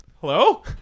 Hello